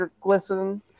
glisten